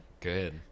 good